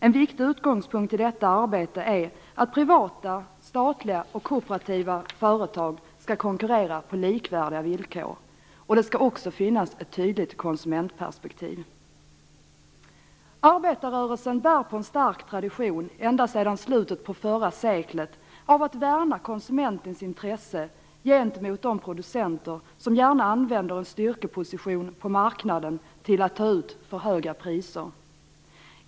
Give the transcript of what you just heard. En viktig utgångspunkt i detta arbete är att privata, statliga och kooperativa företag skall konkurrera på likvärdiga villkor och att det skall finnas ett tydligt konsumentperspektiv. Arbetarrörelsen bär på en stark tradition, ända sedan slutet av förra seklet, när det gäller att värna konsumentens intresse gentemot de producenter som gärna använder en styrkeposition på marknaden till att ta ut för höga priser.